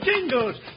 Jingles